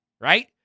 right